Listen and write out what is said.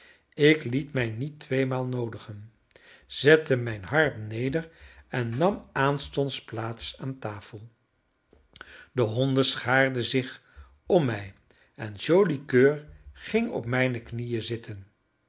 ik liet mij niet tweemaal noodigen zette mijn harp neder en nam aanstonds plaats aan tafel de honden schaarden zich om mij en joli coeur ging op mijne knieën zitten